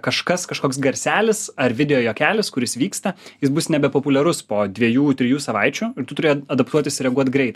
kažkas kažkoks garselis ar video juokelis kuris vyksta jis bus nebepopuliarus po dviejų trijų savaičių ir tu turi adaptuotis reaguot greit